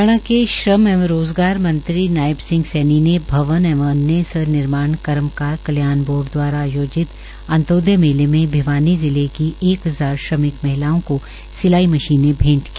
हरियाणा के श्रम एवं रोज़गार मंत्री नायब सिंह सैनी ने भवन एवं अन्य सनिर्माण कर्मकार कल्याण बोर्ड द्वारा आयोजित अंतोदय मेले में भिवानी जिले की एक हजार श्रमिक महिलाओं को सिलाई मशीने भेंट की